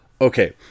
Okay